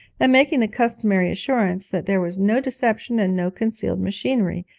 and making the customary assurance that there was no deception and no concealed machinery,